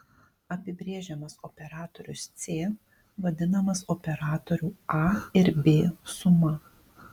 apibrėžiamas operatorius c vadinamas operatorių a ir b suma